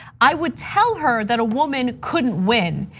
i would tell her that a woman couldn't win.